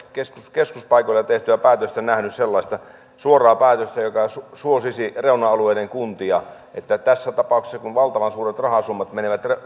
keskuspaikoilla tehtyä päätöstä nähnyt sellaista suoraa päätöstä joka suosisi reuna alueiden kuntia että tässä tapauksessa kun valtavan suuret rahasummat menevät